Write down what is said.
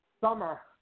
summer